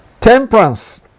temperance